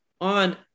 on